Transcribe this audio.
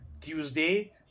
Tuesday